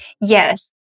Yes